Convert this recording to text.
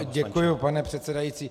Děkuji, pane předsedající.